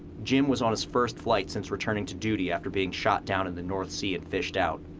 jim was on his first flight since returning to duty after being shot down in the north sea and fished out.